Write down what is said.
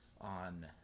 on